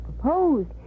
proposed